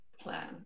plan